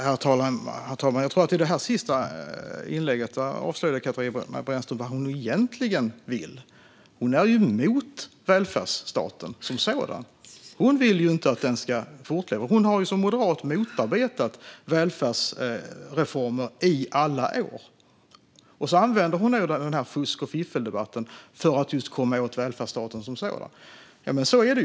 Herr talman! I det här sista inlägget avslöjade Katarina Brännström vad hon egentligen vill. Hon är ju emot välfärdsstaten som sådan. Hon vill inte att den ska fortleva och har som moderat motarbetat välfärdsreformer i alla år. Nu använder hon fusk och fiffeldebatten för att komma åt välfärdsstaten som sådan. Så är det.